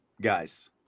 guys